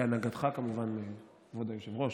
בהנהגתך, כמובן, כבוד היושב-ראש,